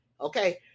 Okay